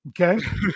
Okay